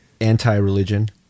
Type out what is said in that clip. anti-religion